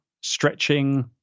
stretching